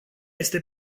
este